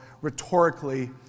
rhetorically